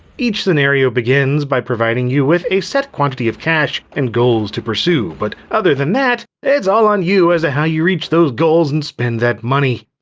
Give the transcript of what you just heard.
each scenario begins by providing you with a set quantity of cash and goals to pursue, but other than that? it's all on you as to how you reach those goals and spend that money.